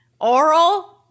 Oral